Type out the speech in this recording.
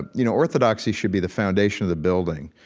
but you know, orthodoxy should be the foundation of the building.